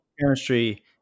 chemistry